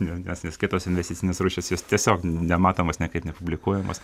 jau nes nes kitos investicinės rūšys jos tiesiog nematomos niekaip nepublikuojamos